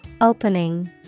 Opening